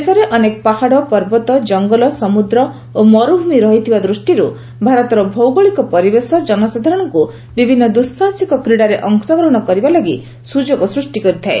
ଦେଶରେ ଅନେକ ପାହାଡ଼ ପର୍ବତ ଜଙ୍ଗଲ ସମୁଦ୍ର ଓ ମର୍ଭ୍ରମି ରହିଥିବା ଦୃଷ୍ଟିରୁ ଭାରତର ଭୌଗୋଳିକ ପରିବେଶ ଜନସାଧାରଣଙ୍କୁ ବିଭିନ୍ନ ଦୁଃସାହସିକ କ୍ରୀଡ଼ାରେ ଅଂଶଗ୍ରହଣ କରିବା ଲାଗି ସୁଯୋଗ ସୂଷ୍ଟି କରିଥାଏ